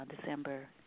December